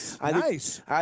Nice